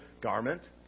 garment